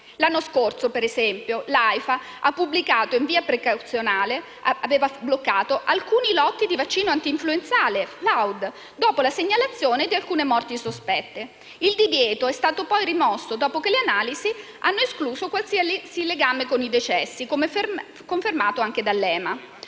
addietro - ad esempio - l'AIFA ha bloccato in via precauzionale alcuni lotti di vaccino antinfluenzale (il Fluad) dopo la segnalazione di alcune morti sospette. Il divieto è stato poi rimosso, dopo che le analisi hanno escluso qualsiasi legame con i decessi, come confermato anche dall'Agenzia